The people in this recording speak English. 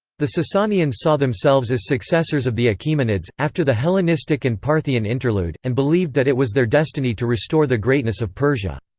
the sasanians saw themselves as successors of the achaemenids, after the hellenistic and parthian interlude, and believed that it was their destiny to restore the greatness of persia.